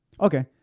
Okay